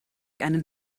einen